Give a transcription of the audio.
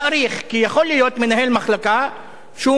כי יכול להיות מנהל מחלקה שהוא מוכשר,